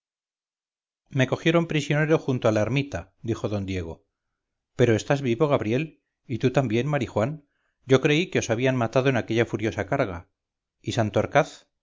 me cogieron prisionero junto a la ermita dijo d diego pero estás vivo gabriel y tú también marijuán yo creí que os habían matado en aquella furiosa carga y